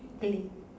play